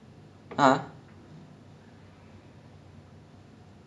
I kept vomiting from eleven thirty all the way until like three thirty A_M